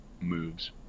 moves